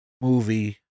movie